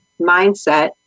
mindset